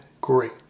great